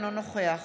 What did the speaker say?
אינו נוכח